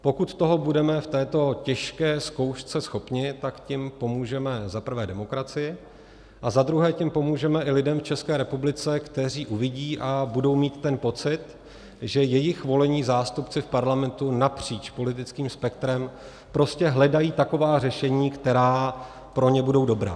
Pokud toho budeme v této těžké zkoušce schopni, tak tím pomůžeme za prvé demokracii a za druhé tím pomůžeme i lidem v České republice, kteří uvidí a budou mít ten pocit, že jejich volení zástupci v Parlamentu napříč politickým spektrem prostě hledají taková řešení, která pro ně budou dobrá.